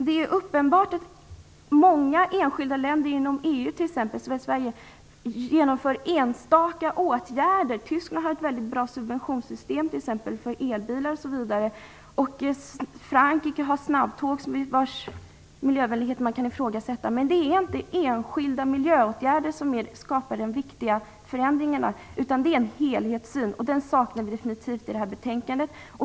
Det är uppenbart att många enskilda länder inom EU, som t.ex. Sverige, genomför enstaka åtgärder. Tyskland har t.ex. ett väldigt bra subventionssystem för elbilar osv. Frankrike har snabbtåg, vars miljövänlighet man i och för sig kan ifrågasätta. Men det är inte enskilda miljöåtgärder som skapar de viktiga förändringarna, utan det är en helhetssyn, något vi definitivt saknar i betänkandet.